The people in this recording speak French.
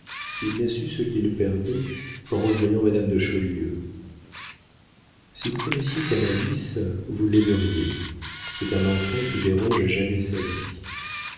il n'a su ce qu'il perdait qu'en revoyant madame de chaulieu si vous connaissiez canalis vous l'aideriez c'est un enfant qui dérange à jamais sa vie